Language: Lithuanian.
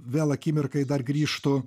vėl akimirkai dar grįžtu